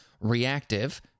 Reactive